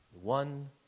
One